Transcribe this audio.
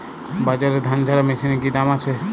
বাজারে ধান ঝারা মেশিনের কি দাম আছে?